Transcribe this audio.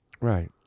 Right